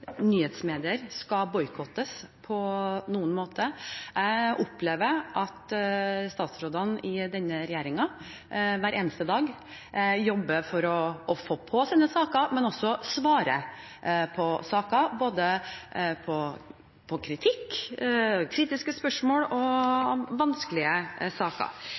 statsrådene i denne regjeringen hver eneste dag jobber for å få «på» sine saker, men også svare på saker, på både kritikk, kritiske spørsmål og vanskelige saker.